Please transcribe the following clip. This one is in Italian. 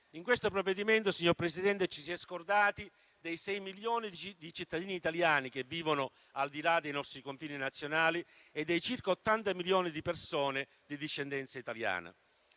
in questo provvedimento, signor Presidente, ci si è scordati dei sei milioni di cittadini italiani che vivono al di là dei nostri confini nazionali e dei circa 80 milioni di persone di discendenza italiana.